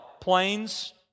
planes